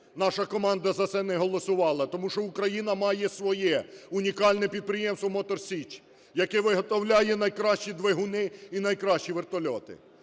Наша команда за це не голосувала, тому що Україна має своє унікальне підприємство "Мотор Січ", яке виготовляє найкращі двигуни і найкращі вертольоти.